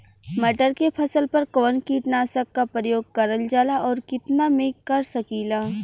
मटर के फसल पर कवन कीटनाशक क प्रयोग करल जाला और कितना में कर सकीला?